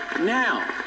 Now